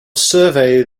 survey